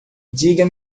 diga